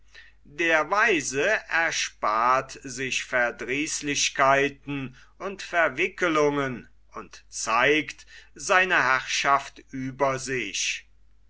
der weise erspart sich verdrießlichkeiten und verwickelungen und zeigt seine herrschaft über sich